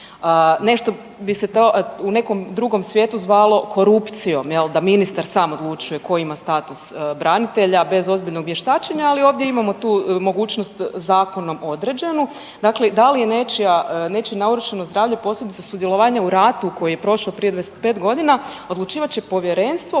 Nešto bi se u to u nekom drugom svijetu zvalo korupcijom, jel, da ministar sam odlučuje ko ima status branitelja bez ozbiljnog vještačenja ali ovdje imamo tu mogućnost zakonom određenu, dakle i da li je nečiji narušeno zdravlje posljedica sudjelovanja u ratu koji je prošao prije 25 g., odlučivat će povjerenstvo